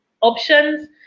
options